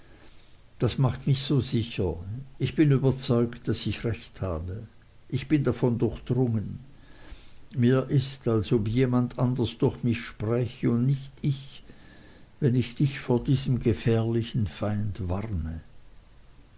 das macht mich so sicher ich bin überzeugt daß ich recht habe ich bin davon durchdrungen mir ist als ob jemand anders durch mich spräche und nicht ich wenn ich dich vor diesem gefährlichen feinde warne